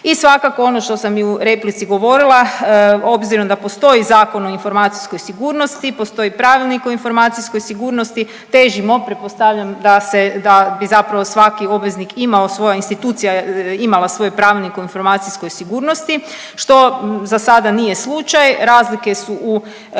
I svakako ono što sam i u replici govorila obzirom da postoji Zakon o informacijskoj sigurnosti, postoji Pravilnik o informacijskoj sigurnosti težimo pretpostavljam da se da bi zapravo svaki obveznik imao svoja institucija imala svoj pravilnik o informacijskoj sigurnosti što za sada nije slučaj. Razlike su u